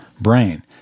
brain